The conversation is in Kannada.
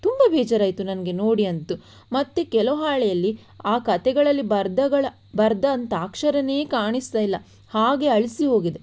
ತುಂಬ ಬೇಜಾರಾಯಿತು ನನಗೆ ನೋಡಿ ಅಂತು ಮತ್ತೆ ಕೆಲವು ಹಾಳೆಯಲ್ಲಿ ಆ ಕತೆಗಳಲ್ಲಿ ಬರ್ದಗಳ ಬರೆದಂಥ ಅಕ್ಷರವೇ ಕಾಣಿಸ್ತಾ ಇಲ್ಲ ಹಾಗೆ ಅಳಿಸಿ ಹೋಗಿದೆ